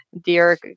dear